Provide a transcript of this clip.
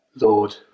Lord